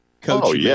Coach